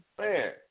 man